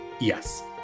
yes